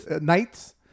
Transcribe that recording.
knights